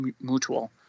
mutual